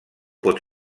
pot